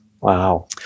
Wow